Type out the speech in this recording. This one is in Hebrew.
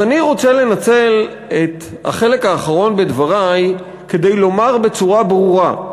אז אני רוצה לנצל את החלק האחרון בדברי כדי לומר בצורה ברורה: